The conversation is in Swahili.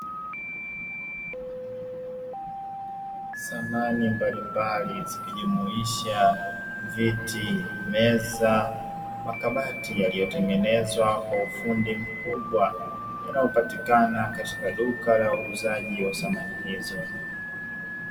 Samani mbalimbali zikijumuisha viti, meza, makabati yaliyotengenezwa kwa ufundi mkubwa yanayopatikana katika duka la uuzaji wa samani hizo.